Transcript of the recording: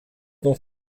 noch